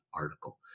article